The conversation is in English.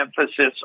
emphasis